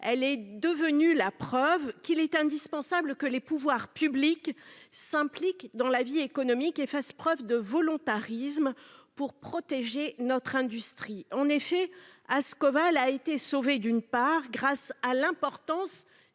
Elle est la preuve qu'il est indispensable que les pouvoirs publics s'impliquent dans la vie économique et fassent preuve de volontarisme pour protéger notre industrie. En effet, Ascoval a été sauvée grâce à l'importance